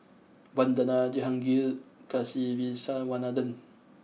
Vandana Jehangirr Kasiviswanathan